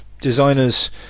designers